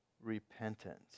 repentance